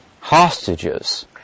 hostages